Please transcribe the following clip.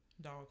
dog